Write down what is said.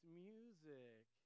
music